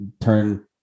turn